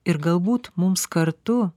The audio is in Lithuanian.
ir galbūt mums kartu